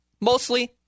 mostly